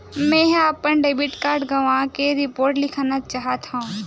मेंहा अपन debit card गवाए के रिपोर्ट लिखना चाहत हव